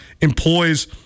employs